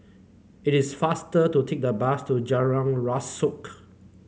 it is faster to take the bus to Jalan Rasok